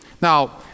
Now